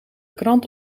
krant